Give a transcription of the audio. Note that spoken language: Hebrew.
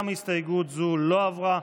גם הסתייגות זו לא עברה.